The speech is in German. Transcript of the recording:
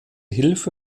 hilfe